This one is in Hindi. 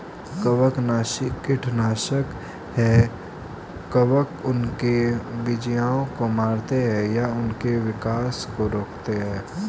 कवकनाशी कीटनाशक है कवक उनके बीजाणुओं को मारते है या उनके विकास को रोकते है